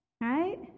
Right